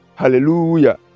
Hallelujah